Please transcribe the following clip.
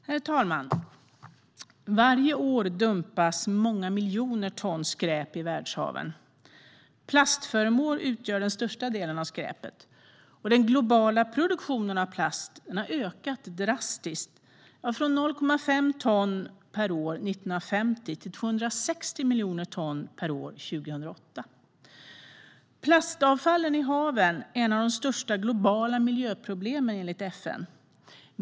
Herr talman! Varje år dumpas många miljoner ton skräp i världshaven. Plastföremål utgör den största delen av skräpet. Den globala produktionen av plast har ökat drastiskt, från 0,5 ton per år 1950 till 260 miljoner ton per år 2008. Plastavfallen i haven är ett av de största globala miljöproblemen, enligt FN.